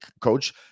coach